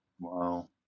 Wow